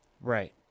Right